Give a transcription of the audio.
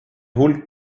hulk